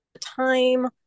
time